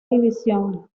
división